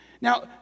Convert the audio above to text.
Now